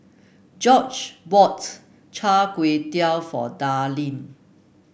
Josh bought Char Kway Teow for Darlene